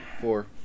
Four